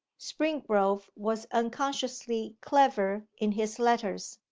springrove was unconsciously clever in his letters,